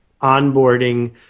onboarding